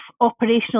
operational